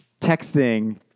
texting